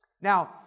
Now